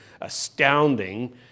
astounding